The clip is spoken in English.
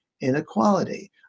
inequality